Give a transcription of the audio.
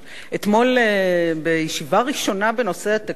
אתמול בישיבה ראשונה בנושא התקציב